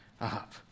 up